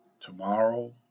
tomorrow